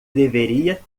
deveria